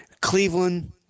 Cleveland